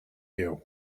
you